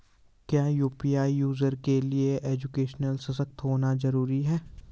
क्या UPI user के लिए एजुकेशनल सशक्त होना जरूरी है?